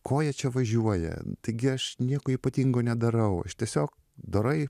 ko jie čia važiuoja taigi aš nieko ypatingo nedarau aš tiesiog dorai